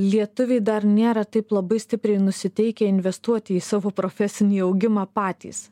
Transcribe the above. lietuviai dar nėra taip labai stipriai nusiteikę investuoti į savo profesinį augimą patys